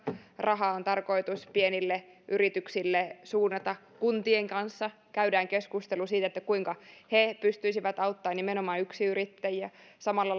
rahaa on tarkoitus pienille yrityksille suunnata kuntien kanssa käydään keskustelu siitä kuinka he pystyisivät auttamaan nimenomaan yksinyrittäjiä samalla